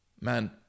man